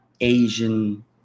Asian